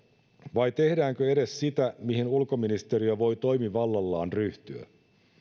vai tehdäänkö edes sitä mihin ulkoministeriö voi toimivallallaan ryhtyä